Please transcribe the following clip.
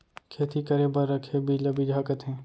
खेती करे बर रखे बीज ल बिजहा कथें